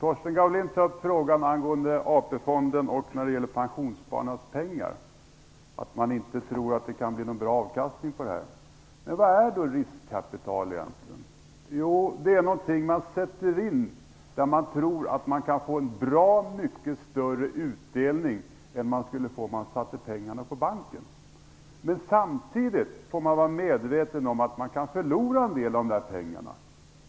Fru talman! Torsten Gavelin tog upp AP-fonden och pensionsspararnas pengar. Han tror inte att det kan bli någon bra avkastning på detta. Men vad är då riskkapital egentligen? Jo, det är något man sätter in där man tror att man kan få en bra mycket större utdelning än man skulle få om man satte pengarna på banken. Samtidigt får man vara medveten om att man kan förlora en del av pengarna.